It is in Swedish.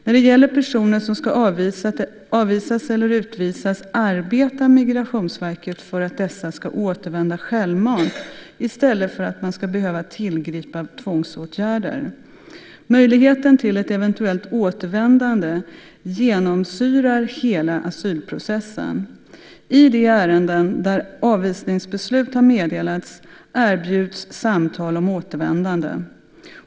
När det gäller personer som ska avvisas eller utvisas arbetar Migrationsverket för att dessa ska återvända självmant i stället för att man ska behöva tillgripa tvångsåtgärder. Möjligheten till ett eventuellt återvändande genomsyrar hela asylprocessen. I de ärenden där avvisningsbeslut har meddelats erbjuds samtal om återvändandet.